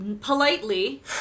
politely